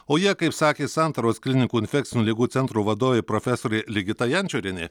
o jie kaip sakė santaros klinikų infekcinių ligų centro vadovė profesorė ligita jančorienė